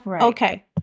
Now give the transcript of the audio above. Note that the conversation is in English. okay